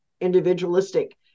individualistic